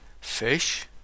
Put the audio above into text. Fish